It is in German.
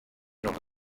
noch